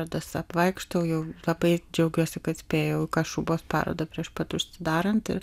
rodos apvaikštau jau labai džiaugiuosi kad spėjau į kašubos parodą prieš pat užsidarant ir